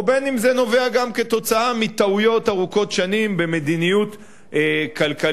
ובין שזה נובע גם כתוצאה מטעויות ארוכות שנים במדיניות כלכלית,